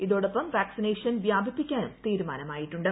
ഇതോടൊപ്പം വാക്സിനേഷൻ വ്യാപിപ്പിക്കാനും തീരുമാനമായിട്ടുണ്ട്